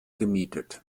gemietet